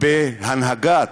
בהנהגת